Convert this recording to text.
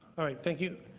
thank you.